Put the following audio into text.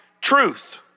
truth